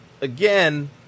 Again